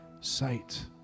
sight